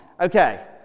okay